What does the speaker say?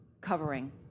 covering